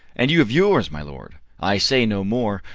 and you of yours, my lord! i say no more,